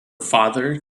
father